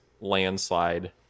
landslide